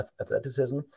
athleticism